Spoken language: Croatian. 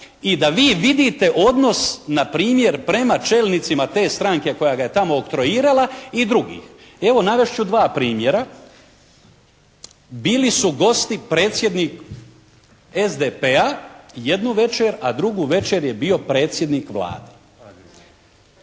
i da vi vidite odnos npr. prema čelnicima te stranke koja ga je tamo oktroirala i drugih. Evo navest ću dva primjera. Bili su gosti predsjednik SDP-a jednu večer, a drugu večer je bio predsjednik Vlade.